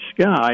sky